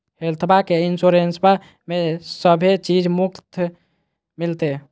हेल्थबा के इंसोरेंसबा में सभे चीज मुफ्त मिलते?